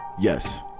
yes